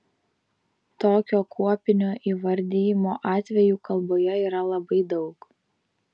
tokio kuopinio įvardijimo atvejų kalboje yra labai daug